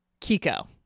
kiko